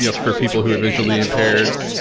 you know for people who are eventually impaired,